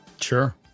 Sure